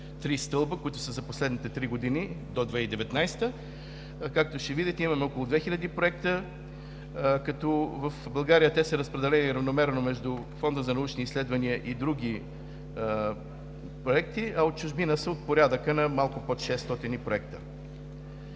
три стълба, които са за последните три години до 2019 г. Както ще видите, имаме около 2000 проекта, като в България те са разпределени равномерно между Фонда за научни изследвания и други проекти, а от чужбина са от порядъка на малко под 600 проекта.